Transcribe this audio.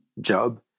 job